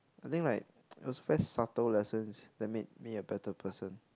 I think like it was very subtle lessons that made me a better person